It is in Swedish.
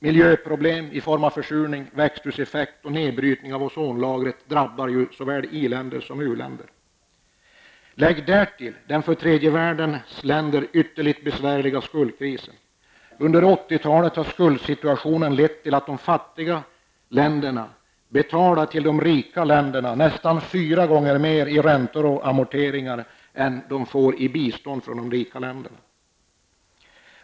Miljöproblem i form av försurning, växthuseffekt och nedbrytning av ozonlagret drabbar ju såväl iländer som u-länder. Därtill skall läggas den för tredje världens länder ytterligt besvärliga skuldkrisen. Under 80-talet har skuldsituationen lett till att de fattiga länderna betalar nästan fyra gånger mer i räntor och amorteringar än de får i bistånd från de rika länderna.